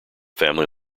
family